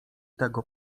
tego